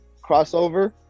crossover